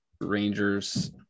Rangers